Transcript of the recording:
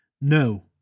No